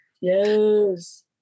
Yes